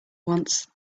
wants